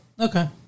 Okay